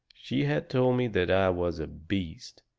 she had told me that i was a beast,